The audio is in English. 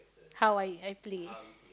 how I I play